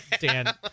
Dan